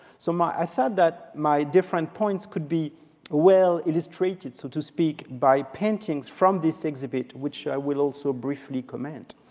so i thought that my different points could be well illustrated, so to speak, by paintings from this exhibit, which i will also briefly comment.